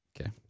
Okay